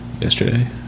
Yesterday